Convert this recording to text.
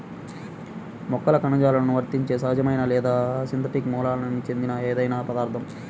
మొక్కల కణజాలాలకు వర్తించే సహజమైన లేదా సింథటిక్ మూలానికి చెందిన ఏదైనా పదార్థం